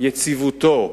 יציבותו,